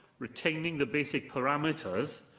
retaining the basic parameters,